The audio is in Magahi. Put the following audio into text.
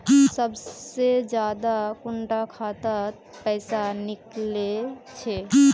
सबसे ज्यादा कुंडा खाता त पैसा निकले छे?